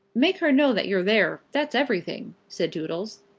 make her know that you're there that's everything, said doodles.